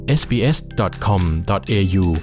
sbs.com.au